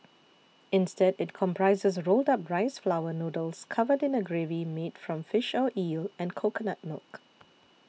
instead it comprises rolled up rice flour noodles covered in a gravy made from fish or eel and coconut milk